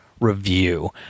review